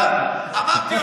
אתה יודע מה,